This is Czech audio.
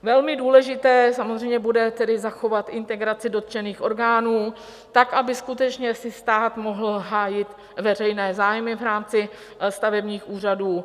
Velmi důležité samozřejmě bude zachovat integraci dotčených orgánů tak, aby skutečně si stát mohl hájit veřejné zájmy v rámci stavebních úřadů.